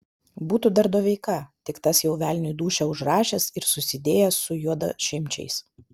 būtų dar doveika tik tas jau velniui dūšią užrašęs ir susidėjęs su juodašimčiais